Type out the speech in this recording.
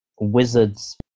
wizard's